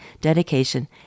dedication